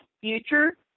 future